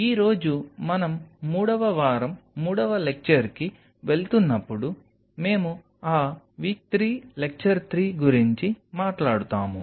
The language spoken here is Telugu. ఈ రోజు మనం 3వ వారం 3వ లెక్చర్ కి వెళుతున్నప్పుడు మేము ఆ WEEK 3 LECTURE 3 గురించి మాట్లాడుతాము